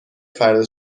فردا